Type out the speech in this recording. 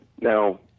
Now